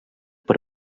per